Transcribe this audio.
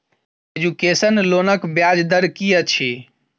Education लोनक ब्याज दर की अछि?